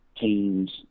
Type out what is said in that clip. teams